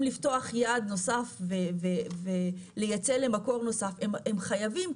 לפתוח יעד נוסף ולייצא למקור נוסף הם חייבים,